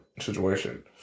situation